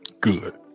Good